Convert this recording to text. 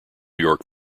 york